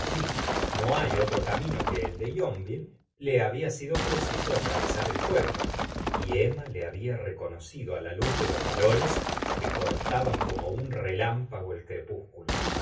no hay otro camino que el de yonville le había sido preciso atravesar el puetlo y emma le había reconocido á la luz de los faroles que cortaba como un relámpago el cre